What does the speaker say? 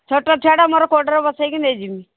ଛୋଟ ଛୁଆଟା ମୋର କୋଳରେ ବସେଇକି ନେଇଯିବି